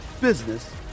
business